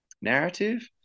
narrative